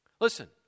Listen